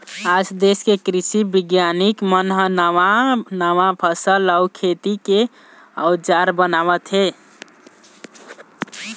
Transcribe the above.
आज देश के कृषि बिग्यानिक मन ह नवा नवा फसल अउ खेती के अउजार बनावत हे